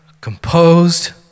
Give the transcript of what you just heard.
composed